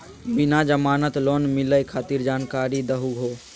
बिना जमानत लोन मिलई खातिर जानकारी दहु हो?